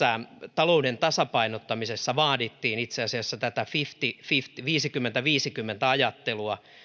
talouden tasapainottamisessa vaadittiin itse asiassa viisikymmentä viiva viisikymmentä viisikymmentä ajattelua